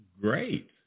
Great